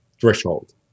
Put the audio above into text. threshold